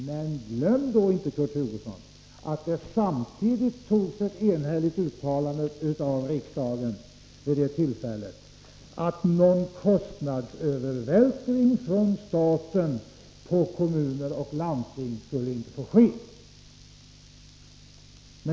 Men glöm då inte, Kurt Hugosson, att riksdagen samtidigt enhälligt sade att någon kostnadsövervältring från staten på kommuner och landsting inte skulle få ske.